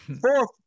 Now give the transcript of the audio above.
fourth